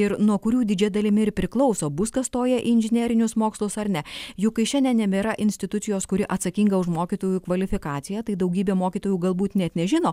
ir nuo kurių didžia dalimi priklauso bus kas stoja į inžinerinius mokslus ar ne juk kai šiandien nebėra institucijos kuri atsakinga už mokytojų kvalifikaciją tai daugybė mokytojų galbūt net nežino